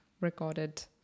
recorded